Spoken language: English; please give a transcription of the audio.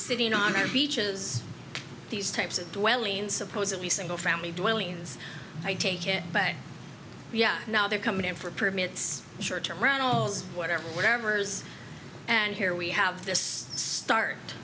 sitting on our beaches these types of dwellings supposedly single family dwellings i take it but yeah now they're coming in for permits short term runnels whatever whatevers and here we have this start